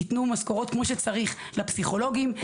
יתנו משכורות כמו שצריך לפסיכולוגים,